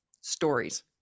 stories